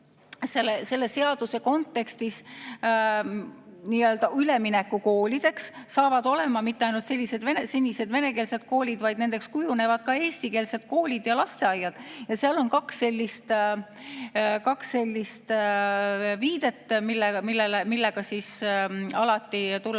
selle seaduse kontekstis ei ole üleminekukoolideks mitte ainult senised venekeelsed koolid, vaid nendeks kujunevad ka eestikeelsed koolid ja lasteaiad. Seal on kaks sellist viidet, millega alati tullakse